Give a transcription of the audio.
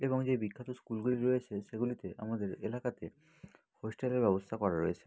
এবং যেই বিখ্যাত স্কুলগুলি রয়েছে সেগুলিতে আমাদের এলাকাতে হোস্টেলের ব্যবস্থা করা রয়েছে